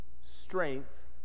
strength